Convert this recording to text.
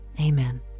amen